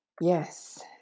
yes